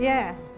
Yes